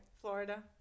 florida